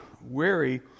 weary